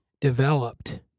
developed